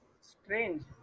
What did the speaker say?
strange